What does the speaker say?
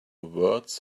words